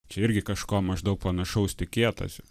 čia irgi kažko maždaug panašaus tikėtasi